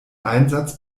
einsatz